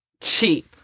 cheap